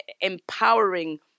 empowering